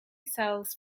cells